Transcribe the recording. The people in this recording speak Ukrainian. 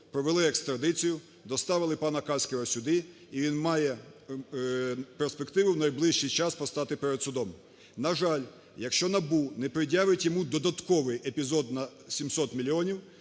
провели екстрадицію, доставили пана Каськіва сюди, і він має перспективу в найближчий час постати перед судом. На жаль, якщо НАБУ не пред'явить йому додатковий епізод на 700 мільйонів,